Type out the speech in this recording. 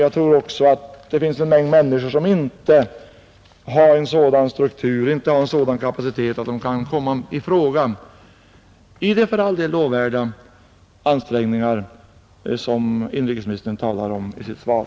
Jag tror också att det finns en mängd människor som inte har en sådan struktur, en sådan kapacitet, att de kan komma i fråga i de för all del lovvärda ansträngningar som inrikesministern talade om i sitt svar.